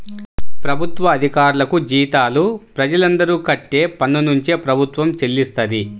ప్రభుత్వ అధికారులకు జీతాలు ప్రజలందరూ కట్టే పన్నునుంచే ప్రభుత్వం చెల్లిస్తది